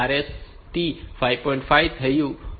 5 થયું છે